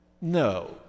no